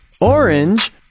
Orange